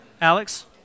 Alex